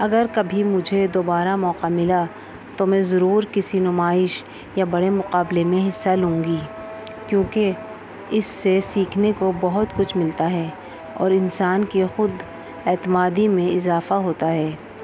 اگر کبھی مجھے دوبارہ موقع ملا تو میں ضرور کسی نمائش یا بڑے مقابلے میں حصہ لوں گی کیونکہ اس سے سیکھنے کو بہت کچھ ملتا ہے اور انسان کے خود اعتمادی میں اضافہ ہوتا ہے